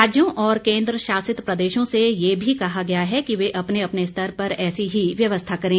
राज्यों और केंद्र शासित प्रदेशों से भी कहा गया है कि वे अपने अपने स्तर पर ऐसी ही व्यवस्था करें